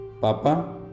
Papa